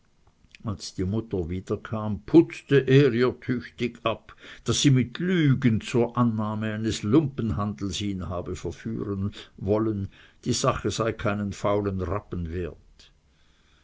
als die mutter wieder kam putzte er ihr tüchtig ab daß sie mit lügen zur annahme eines lumpenhandels ihn habe verführen wollen die sache sei keinen faulen rappen wert